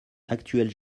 actuelle